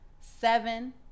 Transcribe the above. seven